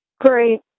great